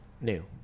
New